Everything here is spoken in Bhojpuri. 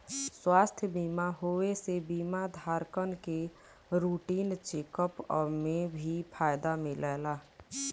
स्वास्थ्य बीमा होये से बीमा धारकन के रूटीन चेक अप में भी फायदा मिलला